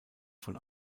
von